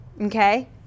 okay